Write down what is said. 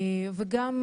בנוסף,